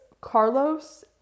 Carlos